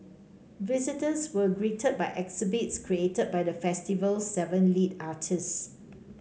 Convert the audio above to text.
visitors were greeted by exhibits created by the festival's seven lead artists